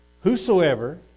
whosoever